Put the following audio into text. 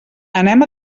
anem